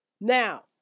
Now